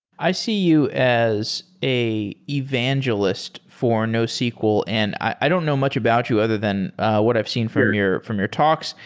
i see you as an evangelist for nosql, and i don't know much about you other than what i've seen from your from your talks.